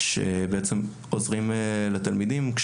שעוזרים לתלמידים.